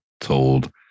told